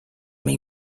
may